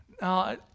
Now